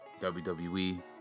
WWE